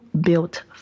built